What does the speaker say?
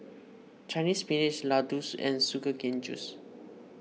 Chinese Spinach Laddu and Sugar Cane Juice